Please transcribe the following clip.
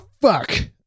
fuck